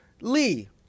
Lee